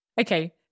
Okay